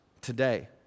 today